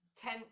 ten